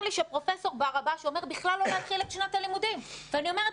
שפרופ' ברבש אומר בכלל לא להתחיל את שנת הלימודים ואני אומרת,